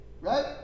Right